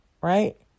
right